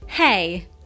Hey